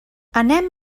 anem